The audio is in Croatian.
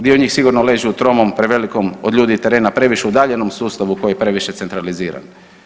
Dio njih sigurno ležu u tromom, prevelikom od ljudi i terena, previše udaljenom sustavu koji je previše centraliziran.